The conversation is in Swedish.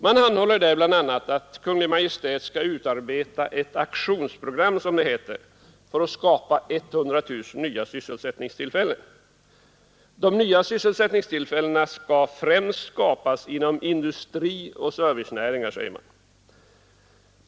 Man anhåller där bl.a. att Kungl. Maj:t skall utarbeta ett aktionsprogram, som det heter, för att skapa 100 000 nya sysselsättningstillfällen. De nya sysselsättningstillfällena skall sedan skapas inom industri och servicenäringar, säger man.